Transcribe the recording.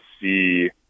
see